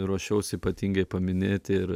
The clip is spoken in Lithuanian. ruošiausi ypatingai paminėti ir